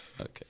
Okay